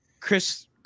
Chris